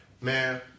man